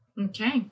Okay